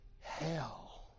hell